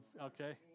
Okay